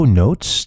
notes